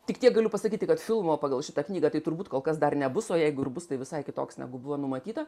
tik tiek galiu pasakyti kad filmo pagal šitą knygą tai turbūt kol kas dar nebus o jeigu ir bus tai visai kitoks negu buvo numatyta